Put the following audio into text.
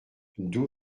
douze